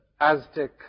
Aztec